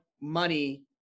money